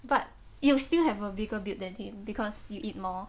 but you will still have a bigger build than him because you eat more